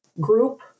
group